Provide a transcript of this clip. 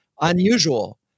Unusual